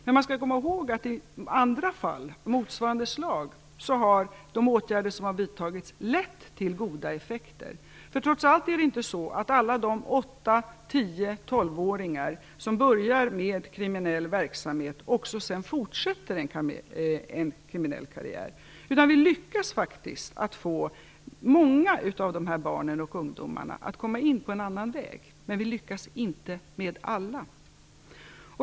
Man skall komma ihåg att de åtgärder som vidtagits i andra fall av motsvarande slag har gett goda effekter. Trots allt är det inte så att alla de 8-10-12-åringar som börjar med kriminell verksamhet sedan fortsätter med en kriminell karriär, utan vi lyckas faktiskt få många av dessa barn och ungdomar att komma in på en annan väg, men vi lyckas inte med alla.